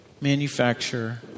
manufacture